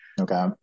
okay